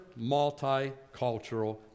multicultural